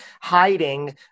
hiding